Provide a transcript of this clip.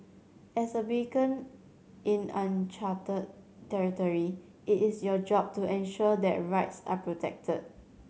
as a beacon in uncharted territory it is your job to ensure that rights are protected